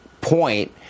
point